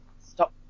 stop